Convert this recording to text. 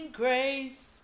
grace